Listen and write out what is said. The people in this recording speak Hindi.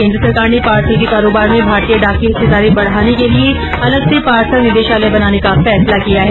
केन्द्र सरकार ने पार्सल के कारोबार में भारतीय डाक की हिस्सेदारी बढ़ाने के लिए अलग से पार्सल निदेशालय बनाने का फैसला किया है